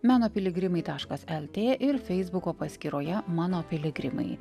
meno piligrimai taškas lt ir feisbuko paskyroje mano piligrimai